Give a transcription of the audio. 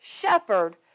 shepherd